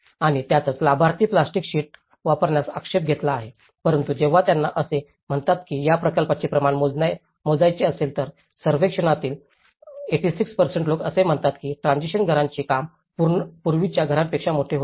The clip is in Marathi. आणि त्यातच लाभार्थ्यांनी प्लास्टिक शीट्स वापरण्यास आक्षेप घेतला आहे परंतु जेव्हा त्यांना असे म्हणतात की या प्रकल्पाचे प्रमाण मोजायचे असेल तर त्या सर्वेक्षणातील of 86 लोक असे म्हणतात की ट्रान्सिशन घरांचे काम पूर्वीच्या घरांपेक्षा मोठे होते